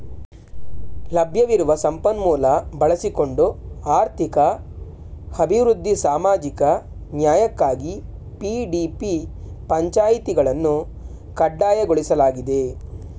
ಲಭ್ಯವಿರುವ ಸಂಪನ್ಮೂಲ ಬಳಸಿಕೊಂಡು ಆರ್ಥಿಕ ಅಭಿವೃದ್ಧಿ ಸಾಮಾಜಿಕ ನ್ಯಾಯಕ್ಕಾಗಿ ಪಿ.ಡಿ.ಪಿ ಪಂಚಾಯಿತಿಗಳನ್ನು ಕಡ್ಡಾಯಗೊಳಿಸಲಾಗಿದೆ